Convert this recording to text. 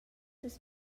las